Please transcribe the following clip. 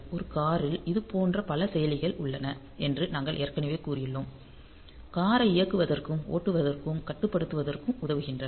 ஒரு காரில் இதுபோன்ற பல செயலிகள் உள்ளன என்று நாங்கள் ஏற்கனவே கூறியுள்ளோம் காரை இயக்குவதற்கும் ஓட்டுவதற்கும் கட்டுப்படுத்துவதற்கும் உதவுகின்றன